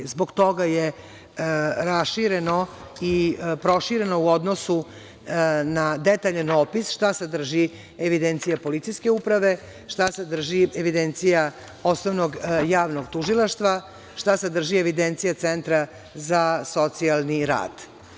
Zbog toga je rašireno i prošireno u odnosu na detaljan opis šta sadrži evidencija policijske uprave, šta sadrži evidencije Osnovnog javnog tužilaštva, šta sadrži evidencija Centra za socijalni rad.